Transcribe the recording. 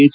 H